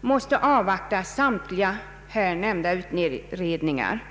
måste avvakta samtliga här nämnda utredningar.